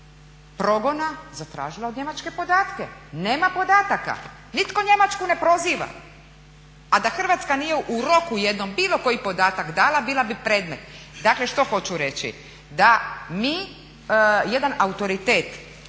progona zatražila od Njemačke podatke. Nema podataka, nitko Njemačku ne proziva, a da Hrvatska nije u roku jednom bilo koji podatak dala bila bi predmet. Dakle što hoću reći, da mi jedan autoritet